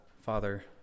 Father